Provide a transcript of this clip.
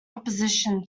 opposition